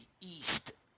East